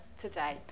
today